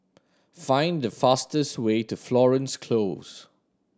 find the fastest way to Florence Close